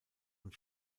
und